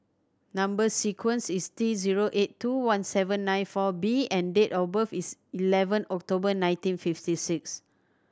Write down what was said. number sequence is T zero eight two one seven nine four B and date of birth is eleven October nineteen fifty six